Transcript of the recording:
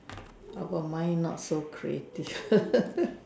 oh but mine not so creative